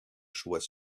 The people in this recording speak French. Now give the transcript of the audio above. choix